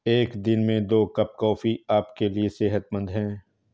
एक दिन में दो कप कॉफी आपके लिए सेहतमंद है